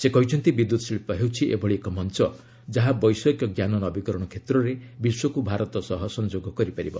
ସେ କହିଛନ୍ତି ବିଦ୍ୟୁତ୍ ଶିଳ୍ପ ହେଉଛି ଏଭଳି ଏକ ମଞ୍ଚ ଯାହା ବୈଷୟିକ ଜ୍ଞାନ ନବୀକରଣ କ୍ଷେତ୍ରରେ ବିଶ୍ୱକୁ ଭାରତ ସହ ସଂଯୋଗ କରିପାରିବ